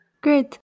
Great